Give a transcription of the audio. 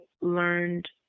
learned